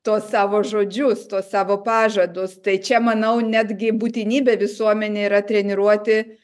tuos savo žodžius tuos savo pažadus tai čia manau netgi būtinybė visuomenei yra treniruoti